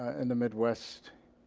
and the midwest